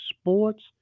sports